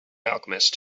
alchemist